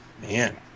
Man